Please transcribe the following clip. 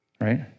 right